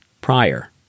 prior